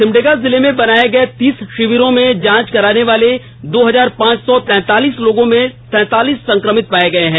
सिमडेगा जिले में बनाए गए तीस शिविरों में जांच कराने वाले दो हजार पांच सौ तैंतालीस लोगों में सैंतालीस संक्रमित पाए गए हैं